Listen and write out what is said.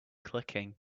clicking